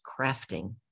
crafting